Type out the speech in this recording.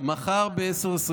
מחר ב-10:28.